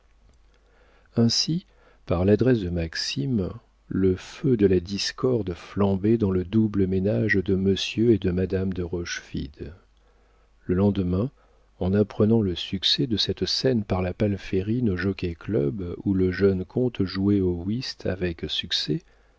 ainsi par l'adresse de maxime le feu de la discorde flambait dans le double ménage de monsieur et de madame de rochefide le lendemain en apprenant le succès de cette scène par la palférine au jockey-club où le jeune comte jouait au wisk avec succès